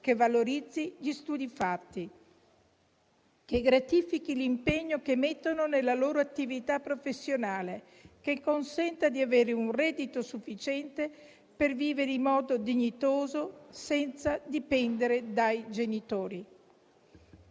che valorizzi gli studi fatti, che gratifichi l'impegno che mettono nella loro attività professionale, che consenta di avere un reddito sufficiente per vivere in modo dignitoso senza dipendere dai genitori.